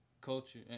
culture